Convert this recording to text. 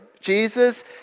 Jesus